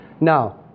Now